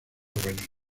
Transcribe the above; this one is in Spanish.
venir